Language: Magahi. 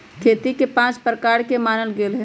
खेती के पाँच प्रकार के मानल गैले है